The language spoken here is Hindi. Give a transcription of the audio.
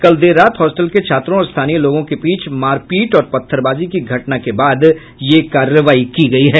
कल देर रात हॉस्टल के छात्रों और स्थानीय लोगों के बीच मारपीट और पत्थरबाजी की घटना के बाद ये कार्रवाई की गई है